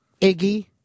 Iggy